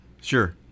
Sure